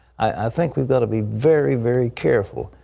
i think we've got to be very, very, careful.